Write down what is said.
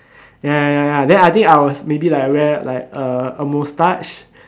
ya ya ya ya then I think I was maybe like I wear like uh a moustache